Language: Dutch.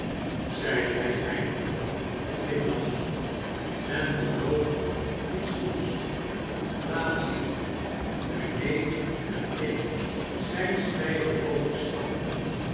zeide hij eindelijk glimlachend sen beloofd iets goeds laat zien mijn neef en ik zijn stijve protestanten